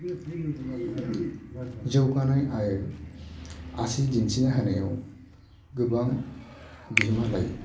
जौगानाय आरो आसि दिन्थिना होनायाव गोबां बिहोमा लायो